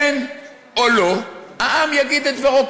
כן או לא, העם יגיד את דברו.